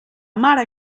mare